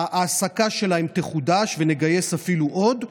ההעסקה שלהם תחודש, ונגייס אפילו עוד,